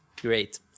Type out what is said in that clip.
Great